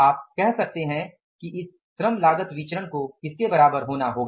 आप कह सकते हैं कि इस श्रम लागत विचरण को किसके बराबर होना होगा